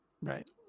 Right